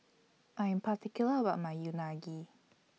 I Am particular about My Unagi